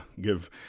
give